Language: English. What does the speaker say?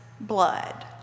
blood